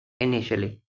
initially